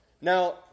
Now